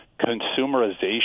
consumerization